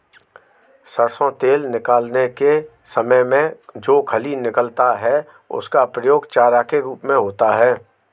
सरसों तेल निकालने के समय में जो खली निकलता है उसका प्रयोग चारा के रूप में होता है